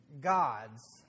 gods